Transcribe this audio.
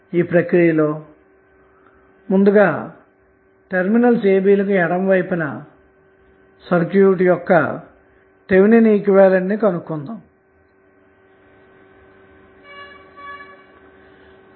మొదటగా terminals ab లకు ఎడమ వైపున సర్క్యూట్ యొక్క థెవినిన్ ఈక్వివలెంట్ కనుక్కోవాలి